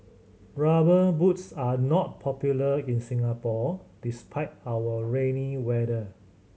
Rubber Boots are not popular in Singapore despite our rainy weather